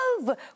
love